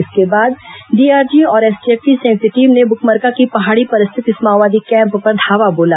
इसके बाद डीआरजी और एसटीएफ की संयुक्त टीम ने बुकमरका की पहाड़ी पर स्थित इस माओवादी कैम्प पर धावा बोला